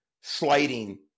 sliding